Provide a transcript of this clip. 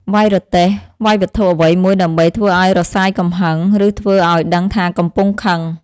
វ៉ៃរទេះ វ៉ៃវត្ថុអ្វីមួយដើម្បីធ្វើឱ្យរសាយកំហឹង ឬធ្វើឱ្យដឹងថាកំពុងខឹង។